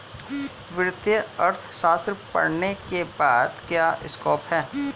वित्तीय अर्थशास्त्र पढ़ने के बाद क्या स्कोप है?